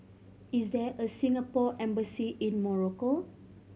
is there a Singapore Embassy in Morocco